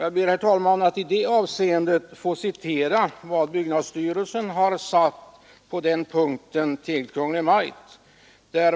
Jag ber att i detta sammanhang få citera vad byggnadsstyrelsen framhållit i det fallet i skrivelse till Kungl. Maj:t.